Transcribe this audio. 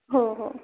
हो हो